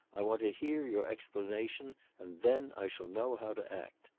i want to hear your explanation and then i shall know how to act.